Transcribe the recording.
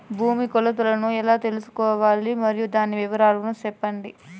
భూమి కొలతలను ఎలా తెల్సుకోవాలి? మరియు దాని వివరాలు సెప్పండి?